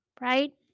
right